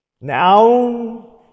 Now